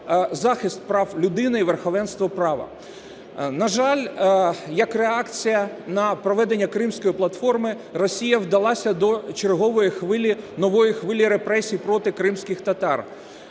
захист прав людини і верховенство права. На жаль, як реакція на проведення Кримської платформи Росія вдалася до чергової нової хвилі репресій проти кримських татар.